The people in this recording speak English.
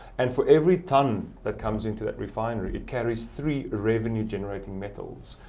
and for every tonne that comes into that refinery, it carries three revenue-generating metals.